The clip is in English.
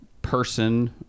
person